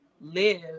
live